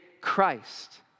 Christ